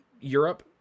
Europe